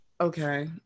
okay